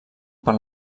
per